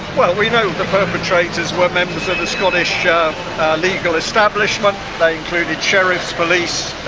well we know the perpetrators were members of the scottish ah legal establishment. they included sheriffs, police,